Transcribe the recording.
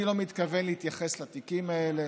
אני לא מתכוון להתייחס לתיקים האלה,